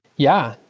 yeah.